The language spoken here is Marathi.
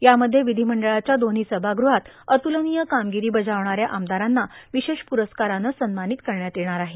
यामध्ये विधीमंडळाच्या दोव्ही सभागृहात अतुलनीय कामगिरी बजावणाऱ्या आमदारांना विशेष पुरस्कारानं सन्मानित करण्यात येणार आहे